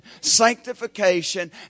sanctification